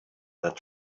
that